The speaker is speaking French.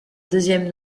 deuxième